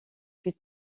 plus